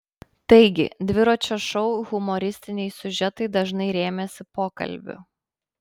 taigi dviračio šou humoristiniai siužetai dažnai rėmėsi pokalbiu